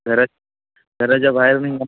घरा घराच्या बाहेर निघणं